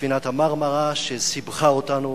ספינת ה"מרמרה", שסיבכה אותנו